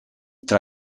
tra